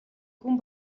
гүн